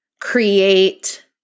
create